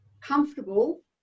comfortable